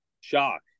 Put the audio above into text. Shock